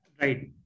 Right